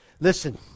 Listen